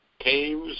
Caves